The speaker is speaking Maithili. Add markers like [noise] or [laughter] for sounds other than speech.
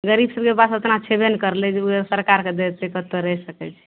गरीब सबके पास ओतना छेबे ने करलय जे [unintelligible] सरकारके देतय कतहु रहि सकय छै